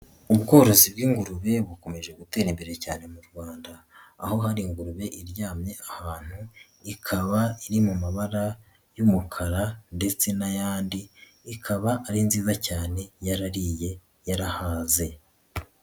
Ubworozi bw'ingurube bukomeje gutera imbere cyane mu Rwanda aho hari ingurube iryamye ahantu ikaba iri mu mabara y'umukara ndetse n'ayandi, ikaba ari nziza cyane yarariye yarahaze.